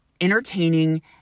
entertaining